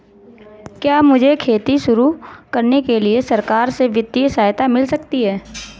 क्या मुझे खेती शुरू करने के लिए सरकार से वित्तीय सहायता मिल सकती है?